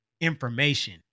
information